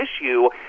issue